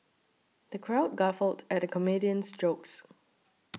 the crowd guffawed at the comedian's jokes